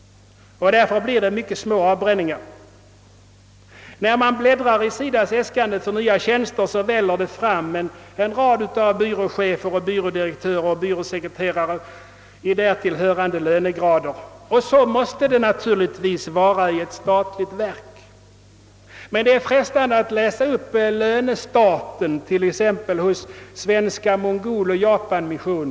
Just därför blir det mycket små avbränningar. När vi bläddrar i SIDA:s äskanden över nya tjänster, finner vi att där väller fram en rad av byråchefer, byrådirektörer och byråsekreterare i därtill hörande lönegrader. Så måste det naturligtvis vara i ett statligt verk. Men det är frestande att läsa upp lönestaten t.ex. hos Svenska Mongol-Japanmissionen.